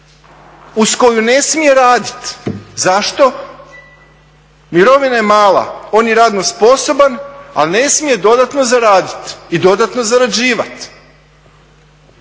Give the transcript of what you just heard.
uz koju ne smije raditi. Zašto? Mirovina je mala, on je radno sposoban, ali ne smije dodatno zaraditi i dodatno zarađivati